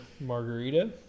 margarita